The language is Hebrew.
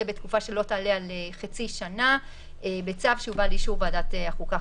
בתקופה שלא תעלה על חצי שנה בצו שיובא לאישור ועדת החוקה,